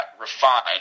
refined